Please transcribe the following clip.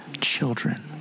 children